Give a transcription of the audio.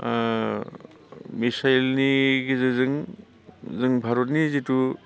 मिसेइलनि गेजेरजों जों भारतनि जिहेतु